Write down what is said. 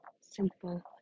simple